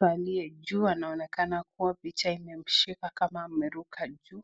Aliye juu anaonekana kuwa picha imemshika kama ameruka juu.